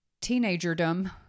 teenagerdom